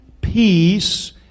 peace